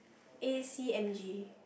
A_C M_G